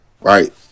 Right